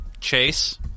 Chase